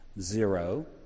Zero